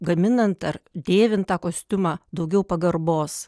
gaminant ar dėvint tą kostiumą daugiau pagarbos